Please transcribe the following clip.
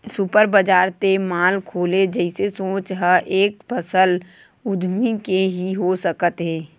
super बजार ते mall खोले जइसे सोच ह एक सफल उद्यमी के ही हो सकत हे